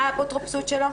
שנשללה האפוטרופסות שלו?